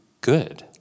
good